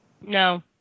No